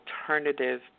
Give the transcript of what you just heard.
alternative